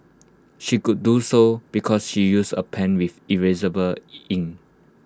she could do so because she used A pen with erasable ink